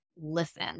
listen